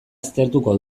aztertuko